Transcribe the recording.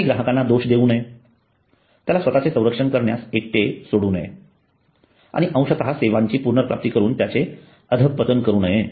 त्यांनी ग्राहकाला दोष देऊ नये त्याला स्वतःचे संरक्षण करण्यास एकटे सोडू नये आणि अंशतः सेवांची पुनर्प्राप्त करून त्याचे अधःपतन करू नये